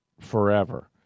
forever